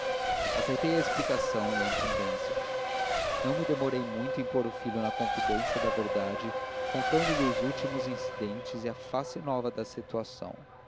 aceitei a explicação e a incumbência não me demorei muito em pôr o filho na confidência da verdade contando-lhe os últimos incidentes e a face nova da situação